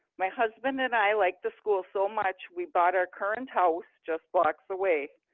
my husband and i liked the school so much, we bought our current house just blocks away.